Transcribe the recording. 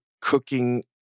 cooking